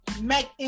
make